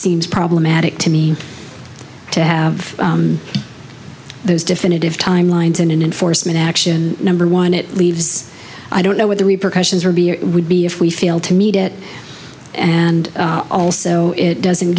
seems problematic to me to have those definitive timelines and in enforcement action number one it leaves i don't know what the repercussions are would be if we fail to meet it and also it doesn't